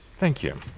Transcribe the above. thank you.